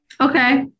Okay